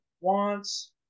wants